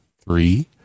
Three